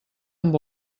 amb